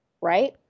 right